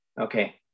Okay